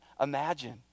imagine